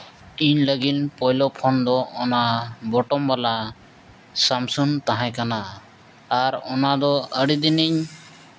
ᱤᱧ ᱞᱟᱹᱜᱤᱫ ᱯᱳᱭᱞᱳ ᱯᱷᱳᱱ ᱫᱚ ᱚᱱᱟ ᱵᱳᱴᱟᱢ ᱵᱟᱞᱟ ᱥᱟᱢᱥᱩᱝ ᱛᱟᱦᱮᱸ ᱠᱟᱱᱟ ᱟᱨ ᱚᱱᱟᱫᱚ ᱟᱹᱰᱤ ᱫᱤᱱᱤᱧ